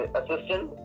assistant